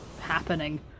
happening